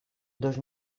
dos